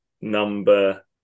number